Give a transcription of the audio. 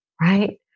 right